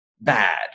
bad